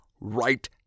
right